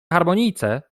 harmonijce